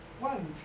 once